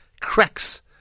cracks